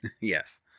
Yes